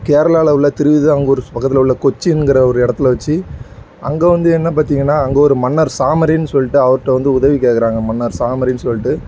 கேரளாவில் உள்ள திருவிதாங்கூர் பக்கத்தில் உள்ள கொச்சின்ங்கிற ஒரு இடத்துல வச்சு அங்கே வந்து என்ன பார்த்திங்கன்னா அங்கே ஒரு மன்னர் சாமரின் சொல்லிட்டு அவர்ட்ட வந்து உதவி கேட்கறாங்க மன்னர் சாமரின் சொல்லிட்டு